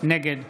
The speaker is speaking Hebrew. נגד